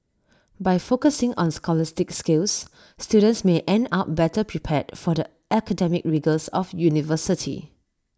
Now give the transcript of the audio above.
by focusing on scholastic skills students may end up better prepared for the academic rigours of university